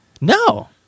No